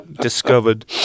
discovered